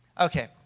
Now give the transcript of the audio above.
Okay